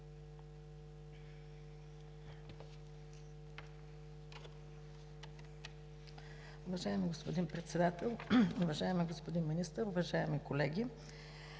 Уважаеми господин Председател, уважаеми господин Банов, уважаеми колеги!